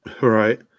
Right